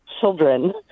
children